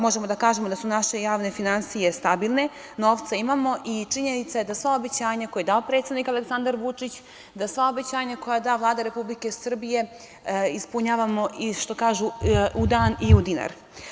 Možemo da kažemo da su naše javne finansije stabilne, novca imamo i činjenica je da sva obećanja koja je dao predsednik Aleksandar Vučić, da sva obećanja koje da Vlada Republike Srbije, ispunjavamo u dan i u dinar.